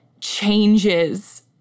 changes